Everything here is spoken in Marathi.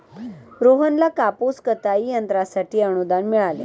रोहनला कापूस कताई यंत्रासाठी अनुदान मिळाले